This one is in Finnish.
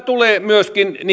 tulee myöskin